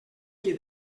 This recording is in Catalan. qui